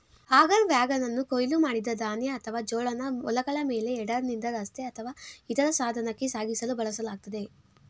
auger ವ್ಯಾಗನನ್ನು ಕೊಯ್ಲು ಮಾಡಿದ ಧಾನ್ಯ ಅಥವಾ ಜೋಳನ ಹೊಲಗಳ ಮೇಲೆ ಹೆಡರ್ನಿಂದ ರಸ್ತೆ ಅಥವಾ ಇತರ ಸಾಧನಕ್ಕೆ ಸಾಗಿಸಲು ಬಳಸಲಾಗ್ತದೆ